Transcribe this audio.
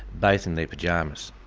both in their pyjamas.